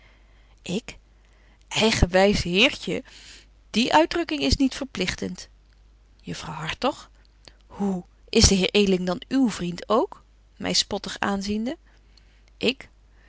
eigenwys heertje die uitdrukking is niet verpligtent juffrouw hartog hoe is de heer edeling dan uw vriend ook